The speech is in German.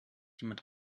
jemand